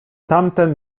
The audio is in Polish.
tamten